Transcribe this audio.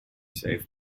save